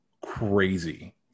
crazy